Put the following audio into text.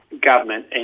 government